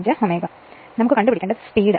വേഗത എത്രയാണെന്ന് കണ്ടെത്തേണ്ടതുണ്ടോ